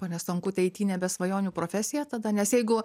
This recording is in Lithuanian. ponia stonkute ai ty nebe svajonių profesija tada nes jeigu